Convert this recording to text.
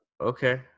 Okay